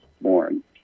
born